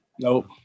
Nope